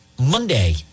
Monday